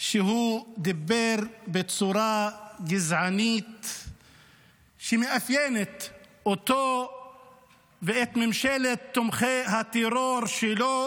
שהוא דיבר בצורה גזענית שמאפיינת אותו ואת ממשלת תומכי הטרור שלו,